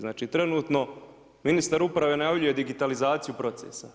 Znači trenutno ministar uprave najavljuje digitalizaciju procesa.